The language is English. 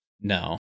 No